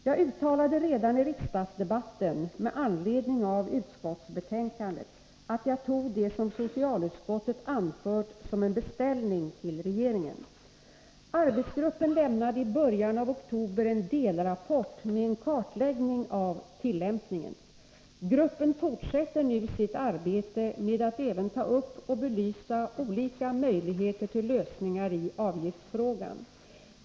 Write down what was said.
Jag uttalade redan i riksdagsdebatten med anledning av utskottsbetänkandet, att jag tog det som socialutskottet anfört som en beställning till regeringen. Arbetsgruppen lämnade i början av oktober en delrapport med en kartläggning av tillämpningen . Gruppen fortsätter nu sitt arbete med att även ta upp och belysa olika möjligheter till lösningar i avgiftsfrågan.